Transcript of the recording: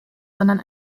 sondern